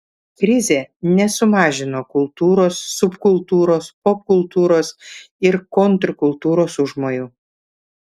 krizė nesumažino kultūros subkultūros popkultūros ir kontrkultūros užmojų